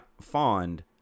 fond